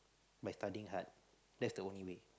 by studying hard that's the only way